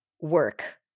work